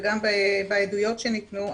וגם בעדויות שניתנו,